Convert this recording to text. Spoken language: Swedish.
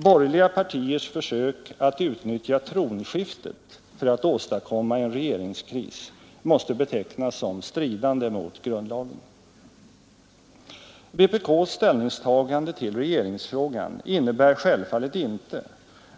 Borgerliga partiers försök att utnyttja tronskiftet för att åstadkomma en regeringskris måste betecknas som stridande mot grundlagen. Vpkss ställningstagande till regeringsfrågan innebär självfallet inte